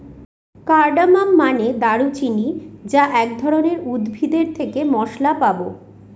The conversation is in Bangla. কার্ডামন মানে দারুচিনি যা এক ধরনের উদ্ভিদ এর থেকে মসলা পাবো